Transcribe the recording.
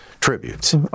Tributes